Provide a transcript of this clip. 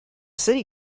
city